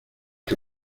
que